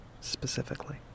specifically